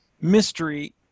mystery